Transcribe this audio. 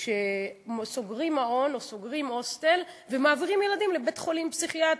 כשסוגרים מעון או סוגרים הוסטל ומעבירים ילדים לבית-חולים פסיכיאטרי.